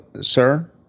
sir